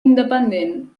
independent